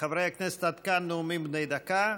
חברי הכנסת, עד כאן נאומים בני דקה.